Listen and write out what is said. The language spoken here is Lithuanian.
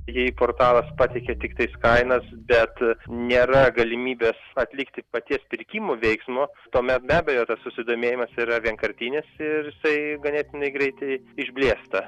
jei portalas pateikia tiktais kainas bet nėra galimybės atlikti paties pirkimo veiksmo tuomet be abejo tas susidomėjimas yra vienkartinis ir jisai ganėtinai greitai išblėsta